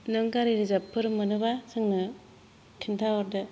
नों गारि रिजार्बफोर मोनोबा जोंनो खिन्था हरदो